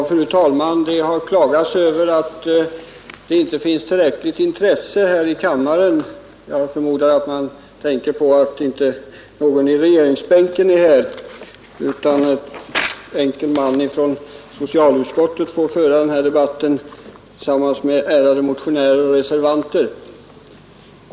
Fru talman! Det har klagats över att det inte finns tillräckligt intresse här i kammaren och jag förmodar att man tänker på att inte någon sitter i regeringsbänkarna utan att en enkel man från socialutskottet får föra den här debatten tillsammans med ärade motionärer och reservanter.